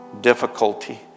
difficulty